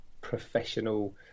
professional